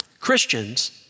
Christians